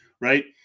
right